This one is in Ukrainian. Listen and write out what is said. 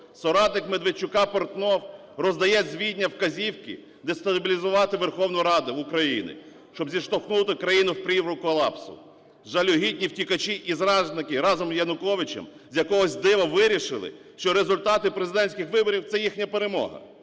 Соратник Медведчука Портнов роздає з Відня вказівки дестабілізувати Верховну Раду України, щоб зіштовхнути країну в прірву колапсу. Жалюгідні втікачі і зрадники разом з Януковичем з якогось дива вирішили, що результати президентських виборів – це їхня перемога.